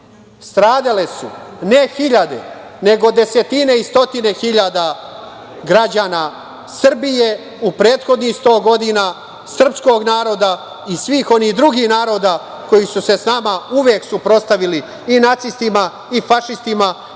stradale su ne hiljade, nego desetine i stotine hiljada građana Srbije u prethodnih 100 godina srpskog naroda i svih onih drugih naroda koji su se s nama uvek suprotstavili i nacistima i fašistima